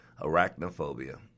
Arachnophobia